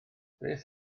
beth